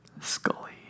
Scully